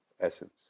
essence